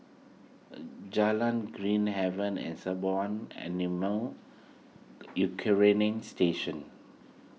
Jalan Green Haven and Sembawang Animal U Quarantine Station